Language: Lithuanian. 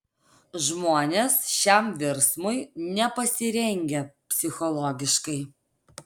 žmonės šiam virsmui nepasirengę psichologiškai